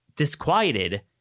disquieted